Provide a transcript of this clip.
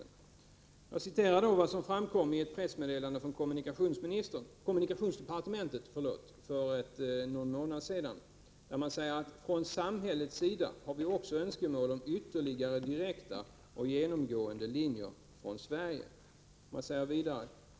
Jag skall citera vad som framkom i ett pressmeddelande från kommunikationsdepartementet för någon månad sedan: ”Från samhällets sida har vi också önskemål om ytterligare direkta och genomgående linjer från Sverige.